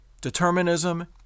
determinism